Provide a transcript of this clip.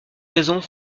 raisons